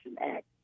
Act